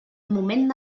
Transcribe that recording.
moment